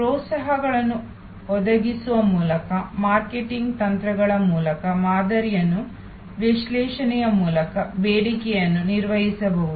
ಪ್ರೋತ್ಸಾಹಕಗಳನ್ನು ಒದಗಿಸುವ ಮೂಲಕ ಮಾರ್ಕೆಟಿಂಗ್ ತಂತ್ರಗಳ ಮೂಲಕ ಮಾದರಿಗಳನ್ನು ವಿಶ್ಲೇಷಣೆಯ ಮೂಲಕ ಬೇಡಿಕೆಯನ್ನುನಿರ್ವಹಿಸಬಹುದು